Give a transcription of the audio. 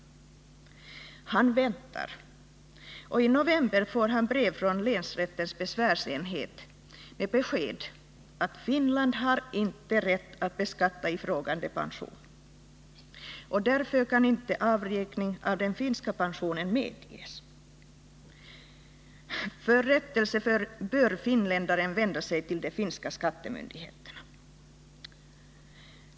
Han väntar. I november får han brev från länsrättens besvärsenhet med besked att Finland inte har rätt att beskatta ifrågavarande pension och därför kan inte avräkning av den finska pensionen medges. För rättelse bör finländaren vända sig till de finska skattemyndigheterna.